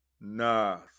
Nas